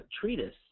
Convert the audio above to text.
treatise